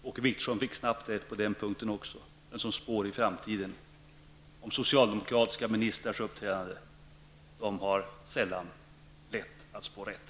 Åke Wictorsson fick snabbt rätt även på den punkten -- den som spår om socialdemokratiska ministrars uppträdande i framtiden får sällan rätt.